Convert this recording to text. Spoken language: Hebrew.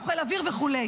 לא חיל אוויר וכו'.